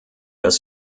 das